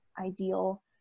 ideal